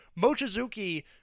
Mochizuki